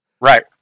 Right